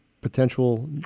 potential